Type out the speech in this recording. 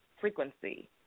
frequency